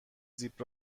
زیپ